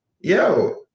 yo